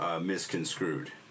misconstrued